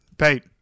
Pete